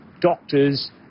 doctors